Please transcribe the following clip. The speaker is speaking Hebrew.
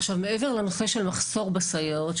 עכשיו מעבר לנושא של מחסור בסייעות,